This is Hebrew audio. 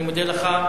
אני מודה לך.